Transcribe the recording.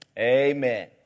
Amen